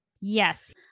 yes